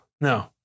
No